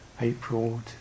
april